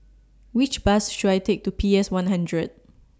Which Bus should I Take to P S one hundred